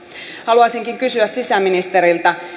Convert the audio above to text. haluaisinkin kysyä sisäministeriltä